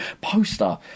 Poster